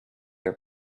are